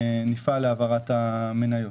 נפעל להעברת המניות.